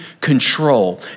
control